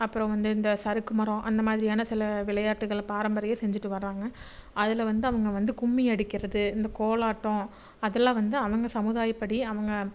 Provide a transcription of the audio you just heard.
அப்புறம் வந்து இந்த சறுக்கு மரம் அந்தமாதிரியான சில விளையாட்டுகளை பாரம்பரிய செஞ்சுட்டு வராங்க அதில் வந்து அவங்க வந்து கும்மியடிக்கிறது இந்த கோலாட்டம் அதெல்லாம் வந்து அவங்க சமுதாயப்படி அவங்க